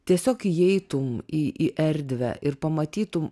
tiesiog įeitum į į erdvę ir pamatytum